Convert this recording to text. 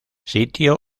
sitio